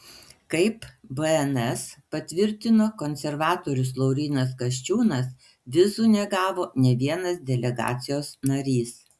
kaip bns patvirtino konservatorius laurynas kasčiūnas vizų negavo nė vienas delegacijos narys